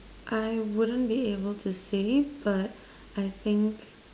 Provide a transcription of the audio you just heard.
I wouldn't be able to say but I think